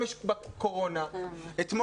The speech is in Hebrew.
גם בעולם יש קורונה.